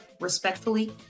respectfully